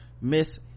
Miss